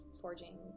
forging